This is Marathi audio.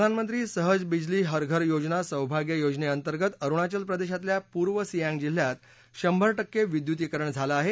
प्रधानमंत्री सहज बिजली हर घर योजना सौभाग्य योजनेअंतर्गत अरुणाचल प्रदेशातल्या पूर्व सियांग जिल्ह्यात शंभर टक्के विद्युतीकरण झालं आहे